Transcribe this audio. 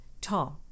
Tom